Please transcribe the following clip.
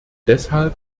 deshalb